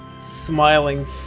smiling